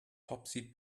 topsy